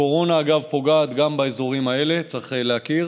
הקורונה, אגב, פוגעת גם באזורים האלה, צריך לדעת,